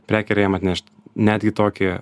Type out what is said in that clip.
prekę ir jam atnešt netgi tokį